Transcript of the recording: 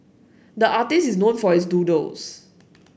the artist is known for his doodles